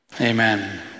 amen